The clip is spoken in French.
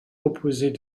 opposée